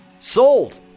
Sold